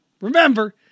Remember